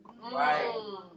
Right